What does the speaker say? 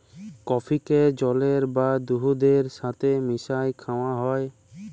কফিকে জলের বা দুহুদের ছাথে মিশাঁয় খাউয়া হ্যয়